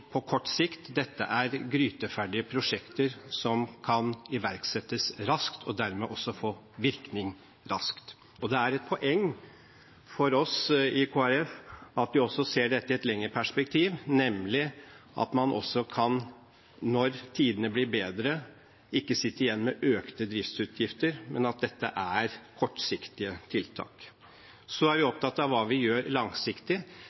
på kort sikt. Dette er gryteferdige prosjekter som kan iverksettes raskt, og dermed også få virkning raskt. Det er et poeng for oss i Kristelig Folkeparti at vi også ser dette i et lengre perspektiv, slik at man når tidene blir bedre, ikke sitter igjen med økte driftsutgifter, men at dette er kortsiktige tiltak. Så er vi opptatt av hva vi gjør langsiktig.